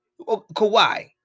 Kawhi